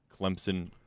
Clemson